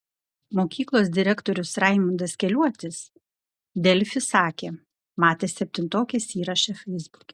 mokyklos direktorius raimundas keliuotis delfi sakė matęs septintokės įrašą feisbuke